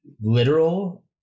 literal